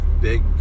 big